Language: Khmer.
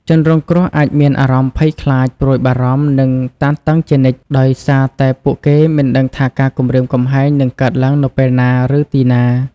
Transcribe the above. ជនរងគ្រោះអាចមានអារម្មណ៍ ភ័យខ្លាច ព្រួយបារម្ភ និង តានតឹងជានិច្ច ដោយសារតែពួកគេមិនដឹងថាការគំរាមកំហែងនឹងកើតឡើងនៅពេលណា ឬទីណា។